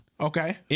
Okay